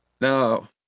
Now